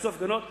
יעשו הפגנות.